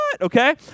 Okay